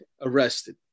arrested